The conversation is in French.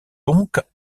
donc